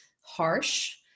harsh